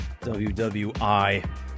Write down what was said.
WWI